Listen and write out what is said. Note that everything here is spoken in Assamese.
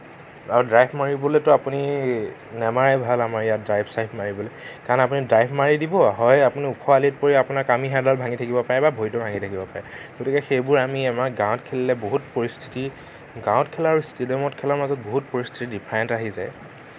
আৰু ডাইভ মাৰিবলৈতো আপুনি নামাৰাই ভাল আমাৰ ইয়াত ড্ৰাইভ চ্ৰাইভ মাৰিবলৈ কাৰণ আপুনি ড্ৰাইভ মাৰি দিব হয় হয় আপুনি ওখ আলিত পৰি আপোনাৰ কামিহাড়ডাল ভাঙি থাকিব পাৰে বা ভৰিটো ভাঙি থাকিব পাৰে গতিকে সেইবোৰ আমি আমাৰ গাঁৱত খেলিলে বহুত পৰিস্থিতি গাঁৱত খেলা আৰু ষ্টেডিয়ামত খেলাৰ মাজত বহুত পৰিস্থিতি ডিফাৰেণ্ট আহি যায়